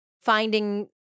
finding